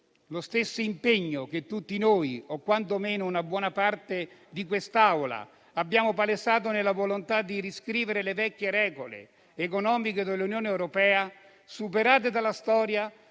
Lo stesso impegno che tutti noi - o quantomeno una buona parte di questa Assemblea - abbiamo palesato nella volontà di riscrivere le vecchie regole economiche dell'Unione europea, superate dalla storia,